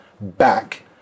back